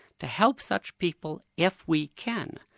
to help such people if we can,